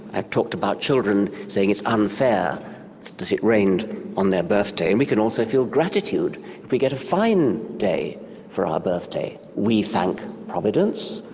i've talked about children saying it's unfair because it rained on their birthday and we can also feel gratitude if we get a fine day for our birthday. we thank providence,